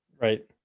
right